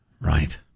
right